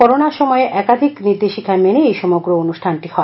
corona সময়ে একাধিক নির্দেশিকা মেনে এই সমগ্র অনুষ্ঠানটি হয়